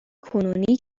کنونی